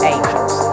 Angels